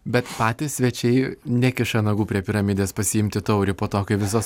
bet patys svečiai nekiša nagų prie piramidės pasiimti taurę po to kai visos